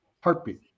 heartbeat